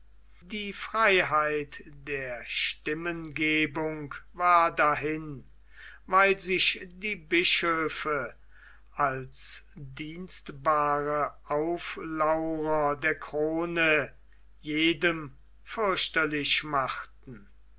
die freiheit der stimmengebung war dahin weil sich die bischöfe als dienstbare auflaurer der krone jedem fürchterlich machten